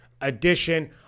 edition